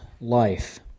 life